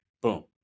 Boom